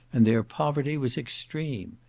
and their poverty was extreme.